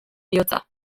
bihotza